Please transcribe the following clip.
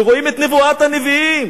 ורואים את נבואת הנביאים